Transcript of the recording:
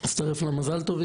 אני מצטרף לברכת מזל טוב.